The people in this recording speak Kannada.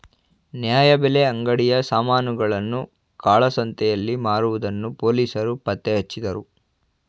ನ್ಯಾಯಬೆಲೆ ಅಂಗಡಿಯ ಸಾಮಾನುಗಳನ್ನು ಕಾಳಸಂತೆಯಲ್ಲಿ ಮಾರುವುದನ್ನು ಪೊಲೀಸರು ಪತ್ತೆಹಚ್ಚಿದರು